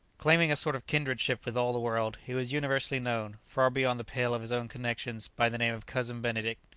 claiming a sort of kindredship with all the world, he was universally known, far beyond the pale of his own connexions, by the name of cousin benedict.